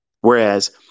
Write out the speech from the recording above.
Whereas